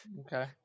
Okay